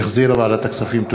שהחזירה ועדת הכספים.